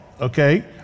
okay